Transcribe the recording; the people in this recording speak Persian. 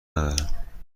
ندارم